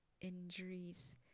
injuries